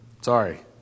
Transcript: Sorry